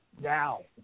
now